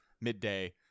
midday